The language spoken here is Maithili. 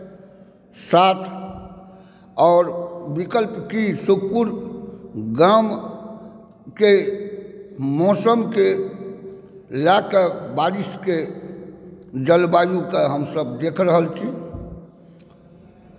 साथ आओर विकल्प की सुतपुर गामके मौसमकेॅं लए कऽ बारिशकें जलवायुके हमसभ देख रहल छी